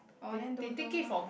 orh then don't don't loh